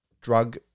drug